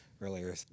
earlier